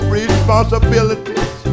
responsibilities